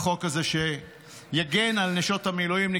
החוק הזה שיגן על נשות המילואימניקים.